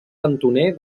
cantoner